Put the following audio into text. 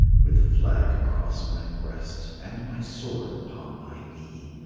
with a flag across my breast and my sword upon my knee.